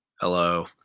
Hello